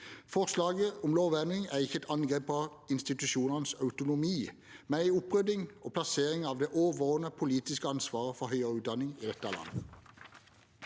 Forslaget om lovendring er ikke et angrep på institusjonenes autonomi, men en opprydding og plassering av det overordnede politiske ansvaret for høyere utdanning i dette landet.